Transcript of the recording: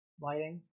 lighting